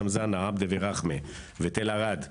חאשם ז'נה, עבדה, רכמה ותל ערד.